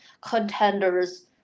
contenders